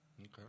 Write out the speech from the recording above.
Okay